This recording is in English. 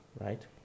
Right